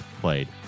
played